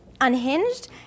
unhinged